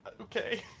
Okay